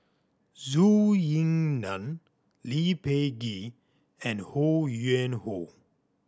Zhou Ying Nan Lee Peh Gee and Ho Yuen Hoe